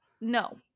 no